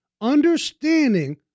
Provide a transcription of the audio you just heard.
understanding